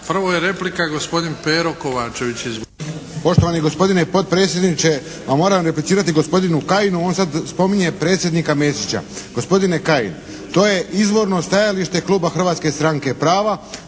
Izvolite. **Kovačević, Pero (HSP)** Poštovani gospodine potpredsjedniče, pa moram repliciati gospodinu Kajinu. On sad spominje predsjednika Mesića. Gospodine Kajin, to je izvorno stajalište kluba Hrvatske stranke prava.